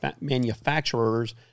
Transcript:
manufacturers